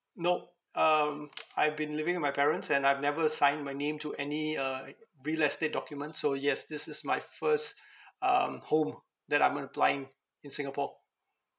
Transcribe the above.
no um I've been living with my parents and I've never signed my name to any uh real estate document so yes this is my first um home that I'm uh applying in singapore